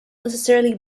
necessarily